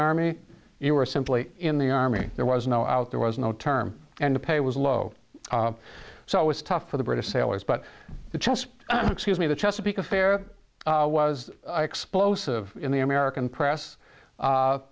army you were simply in the army there was no out there was no term and the pay was low so it was tough for the british sailors but it just excuse me the chesapeake affair was explosive in the american press